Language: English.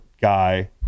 guy